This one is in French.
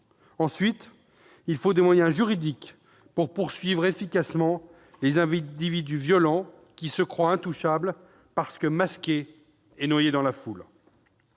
Ensuite, il faut des moyens juridiques pour poursuivre efficacement les individus violents qui se croient intouchables, parce que masqués et noyés dans la foule.